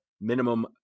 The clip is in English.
minimum